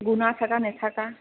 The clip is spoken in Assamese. গুণাৰ থকা নথকা